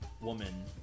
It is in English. woman